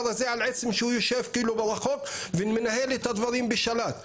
הזה על עצם שהוא יושב כאילו מרחוק ומנהל את הדברים בשלט?